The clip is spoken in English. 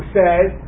says